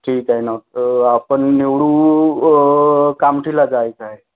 ठीक आहे न तर आपण निवडू कामठीला जायचं आहे